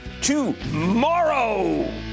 tomorrow